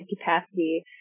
capacity